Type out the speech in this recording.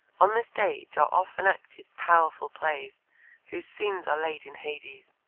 on the stage are often acted powerful plays whose scenes are laid in hades.